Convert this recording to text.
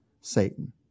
Satan